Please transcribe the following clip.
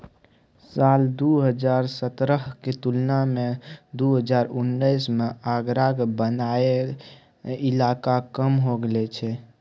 साल दु हजार सतरहक तुलना मे दु हजार उन्नैस मे आगराक बनैया इलाका कम हो गेल छै